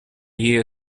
year